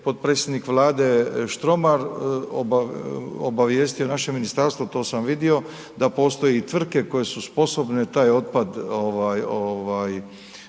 potpredsjednik Vlade Štromar obavijestio naše ministarstvo, to sam vidio, da postoje tvrtke koje su sposobne taj otpad